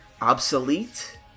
obsolete